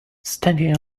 standing